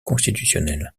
constitutionnel